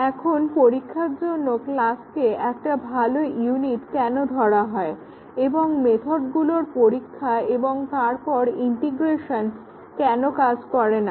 এখন পরীক্ষার জন্য ক্লাসকে একটা ভালো ইউনিট কেন ধরা হয় এবং মেধাডগুলোর পরীক্ষা এবং তারপর ইন্টিগ্রেশন কেন কাজ করে না